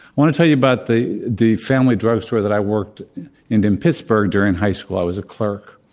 want to tell you about the the family drug store that i worked in in pittsburg during high school. i was a clerk.